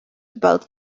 both